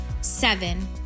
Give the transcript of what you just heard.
seven